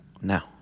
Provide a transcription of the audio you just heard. Now